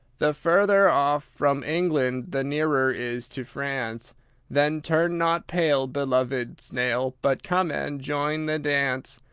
the further off from england the nearer is to france then turn not pale, beloved snail, but come and join the dance.